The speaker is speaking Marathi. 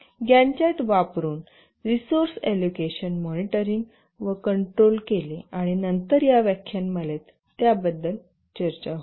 गॅन्ट चार्ट वापरुन रिसोर्स आलोकेशन मॉनिटरींग व कंट्रोल केले आणि नंतर या व्याख्यानमालेत त्याबद्दल चर्चा होईल